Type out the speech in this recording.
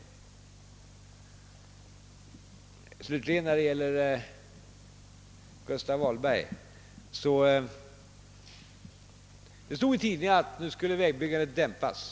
Vad slutligen Gustav Vahlberg beträffar står det i tidningen att han uttalat att vägbyggandet skulle dämpas.